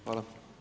Hvala.